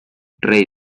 rey